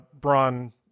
Braun